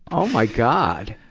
oh my god!